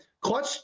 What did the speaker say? clutch